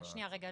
שנייה רגע,